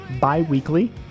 bi-weekly